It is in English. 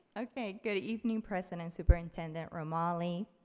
okay, good evening president-superintendent ramali,